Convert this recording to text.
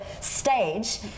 stage